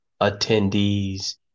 attendees